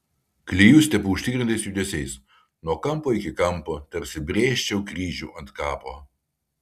klijus tepu užtikrintais judesiais nuo kampo iki kampo tarsi brėžčiau kryžių ant kapo